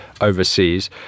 overseas